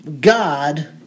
God